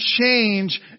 change